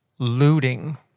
Looting